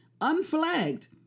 unflagged